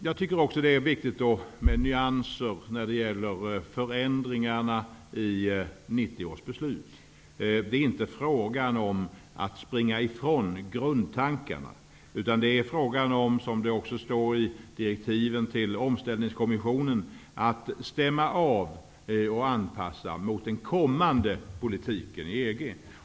Jag tycker också att det är viktigt med nyanser när det gäller förändringarna i 1990 års beslut. Det är inte fråga om att springa ifrån grundtankarna, utan det är fråga om, som det också står i direktiven till omställningskommissionen, att stämma av och anpassa mot den kommande politiken i EG.